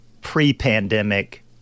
pre-pandemic